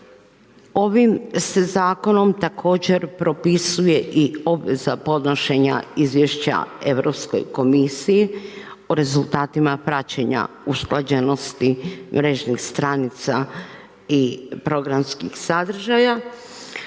Ovim se zakonom također propisuje i obveza podnošenja izvješća Europskoj komisiji o rezultatima praćenja usklađenosti mrežnih stranica i programskih sadržaja